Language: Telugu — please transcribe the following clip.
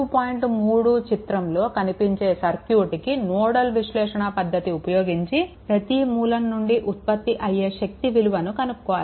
3 చిత్రంలో కనిపించే సర్క్యూట్కి నోడల్ విశ్లేషణ పద్దతి ఉపయోగించి ప్రతిమూలం నుండి ఉత్పత్తి అయ్యే శక్తి విలువను కనుక్కోవాలి